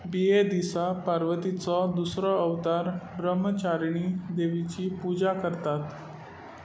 बिये दिसा पार्वतीचो दुसरो अवतार ब्रह्मचारिणी देवीची पुजा करतात